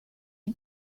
who